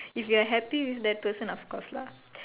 if you're happy with that person of course lah